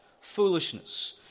Foolishness